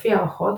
לפי ההערכות,